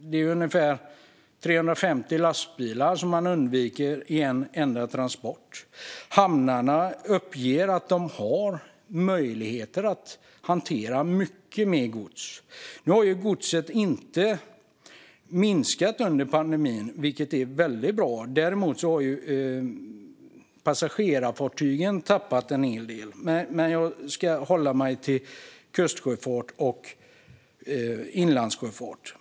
Det motsvarar ungefär 350 lastbilar i en enda transport. Hamnarna uppger att de kan hantera mycket mer gods. Nu har mängden gods inte minskat under pandemin, vilket är bra. Däremot har passagerarfartygen tappat en hel del, men jag håller mig till kustsjöfart och inlandssjöfart.